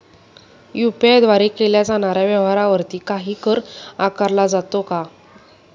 UPI द्वारे केल्या जाणाऱ्या व्यवहारावरती काही कर आकारला जातो का?